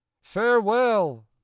farewell